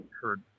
heard